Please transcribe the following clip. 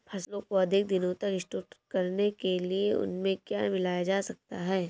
फसलों को अधिक दिनों तक स्टोर करने के लिए उनमें क्या मिलाया जा सकता है?